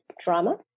Drama